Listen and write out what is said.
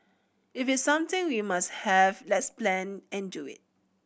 if it's something we must have let's plan and do it